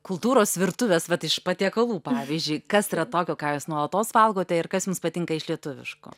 kultūros virtuvės vat iš patiekalų pavyzdžiui kas yra tokio ką jūs nuolatos valgote ir kas jums patinka iš lietuviškų